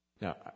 Now